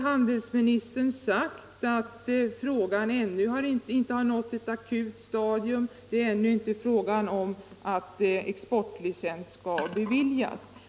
Handelsministern sade att problemet ännu inte har nått det stadiet att det är fråga om att exportlicens skall beviljas.